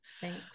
Thanks